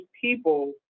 people